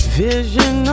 vision